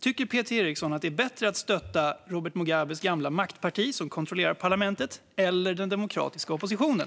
Tycker Peter Eriksson att det är bäst att stötta Robert Mugabes gamla maktparti, som kontrollerar parlamentet, eller den demokratiska oppositionen?